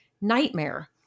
nightmare